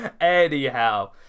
Anyhow